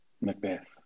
Macbeth